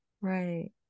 Right